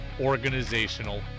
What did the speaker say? organizational